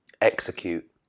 execute